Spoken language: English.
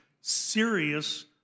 serious